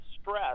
stress